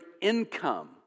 income